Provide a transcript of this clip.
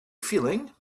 feeling